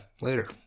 Later